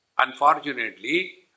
Unfortunately